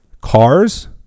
cars